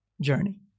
journey